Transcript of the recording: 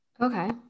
Okay